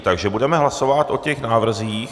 Takže budeme hlasovat o těch návrzích.